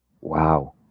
Wow